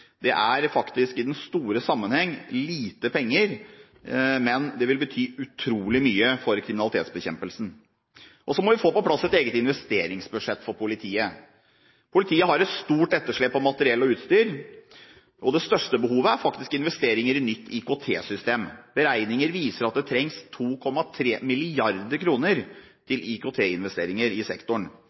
kriminalitetsbekjempelsen. Så må vi få på plass et eget investeringsbudsjett for politiet. Politiet har et stort etterslep på materiell og utstyr. Det største behovet er faktisk investeringer i et nytt IKT-system. Beregninger viser at det trengs 2,3 mrd. kr til IKT-investeringer i sektoren.